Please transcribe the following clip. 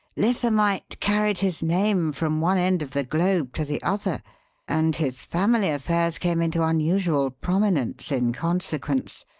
lithamite carried his name from one end of the globe to the other and his family affairs came into unusual prominence in consequence.